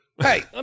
Hey